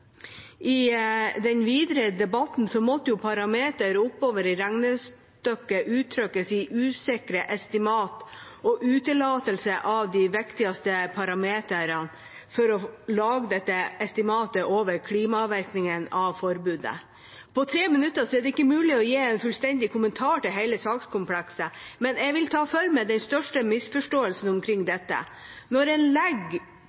i den videre debatten, måtte jo parametrene oppover i regnestykket uttrykkes i usikre estimater og utelatelse av de viktigste parametrene for å lage dette estimatet over klimavirkningen av forbudet. På tre minutter er det ikke mulig å gi en fullstendig kommentar til hele sakskomplekset, men jeg vil ta for meg den største misforståelsen omkring dette. Når en legger